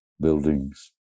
buildings